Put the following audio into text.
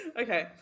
okay